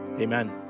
Amen